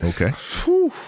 okay